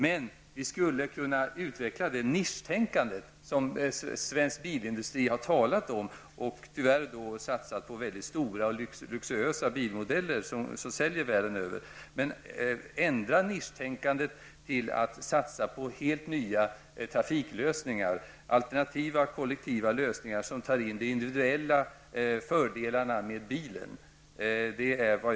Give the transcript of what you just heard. Men vi skulle kunna utveckla det nisch-tänkande som svensk bilindustri har talat om -- den har tyvärr satsat på mycket stora och luxuösa bilmodeller, som säljer världen över -- och ändra det nisch-tänkandet till att satsa på helt nya trafiklösningar, alternativa kollektiva lösningar, som tar in de eventuella fördelarna med bilen.